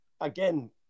again